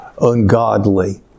ungodly